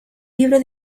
libro